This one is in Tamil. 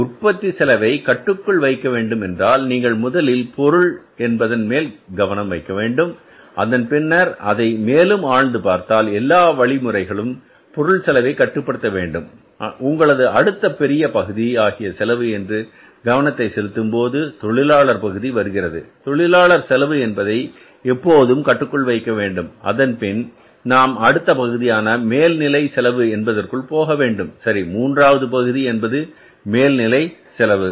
எனவே உற்பத்தி செலவை கட்டுக்குள் வைக்க வேண்டும் என்றால் நீங்கள் முதலில் பொருள் என்பதன் மேல் கவனம் வைக்க வேண்டும் அதன் பின்னர் அதை மேலும் ஆழ்ந்து பார்த்தால் எல்லா வழிமுறைகளும் பொருள் செலவை கட்டுப்படுத்த வேண்டும் உங்களது அடுத்த பெரிய பகுதி ஆகிய செலவு என்று கவனத்தை செலுத்தும் போது தொழிலாளர் பகுதி வருகிறது தொழிலாளர் செலவு என்பதை எப்போதும் கட்டுக்குள் இருக்க வேண்டும் அதன்பின்தான் நாம் அடுத்த பகுதியான மேல் நிலை செலவு என்பதற்குள் போக வேண்டும் சரி மூன்றாவது பகுதி என்பது மேல் நிலை செலவு